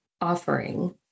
offering